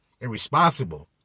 irresponsible